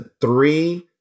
three